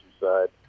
side